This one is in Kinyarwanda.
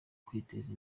kwiteza